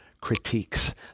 critiques